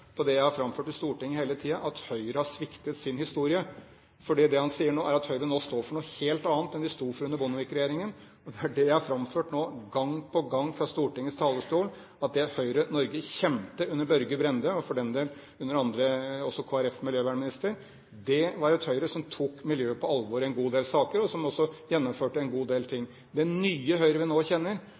Stortinget hele tiden, at Høyre har sviktet sin historie. For det han sier, er at Høyre nå står for noe helt annet enn de sto for under Bondevik-regjeringen. Det er det jeg har framført gang på gang fra Stortingets talerstol, at det Høyre Norge kjente under Børge Brende – og for den del også under miljøvernministeren fra Kristelig Folkeparti – var et Høyre som tok miljøet på alvor i en god del saker, og som også gjennomførte en god del ting. Det nye Høyre som vi nå kjenner,